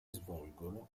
svolgono